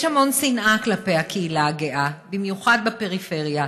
יש המון שנאה כלפי הקהילה הגאה, במיוחד בפריפריה.